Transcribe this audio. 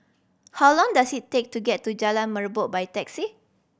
how long does it take to get to Jalan Merbok by taxi